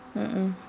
mm mm